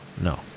No